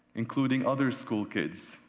including other school kids,